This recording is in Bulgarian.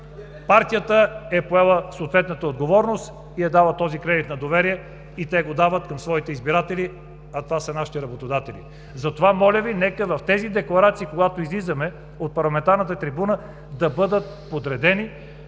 партията е поела съответната отговорност, и дала е този кредит на доверие и те го дават към своите избиратели, а това са нашите работодатели. Затова, моля Ви, нека тези декларации, когато излизаме от парламентарната трибуна, да бъдат подредени,